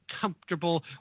comfortable